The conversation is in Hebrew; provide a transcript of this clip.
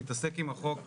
מתעסק עם החוק,